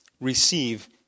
receive